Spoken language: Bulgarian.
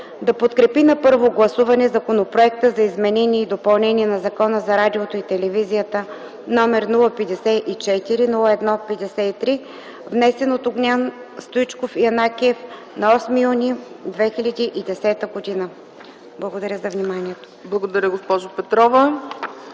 да подкрепи на първо гласуване Законопроекта за изменение и допълнение на Закона за радиото и телевизията, № 054-01-53, внесен от Огнян Стоичков Янакиев на 8 юни 2010 г.”. Благодаря за вниманието. ПРЕДСЕДАТЕЛ ЦЕЦКА